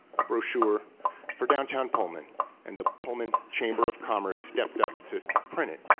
a brochure for downtown pullman and the pullman chamber of commerce stepped up to print it.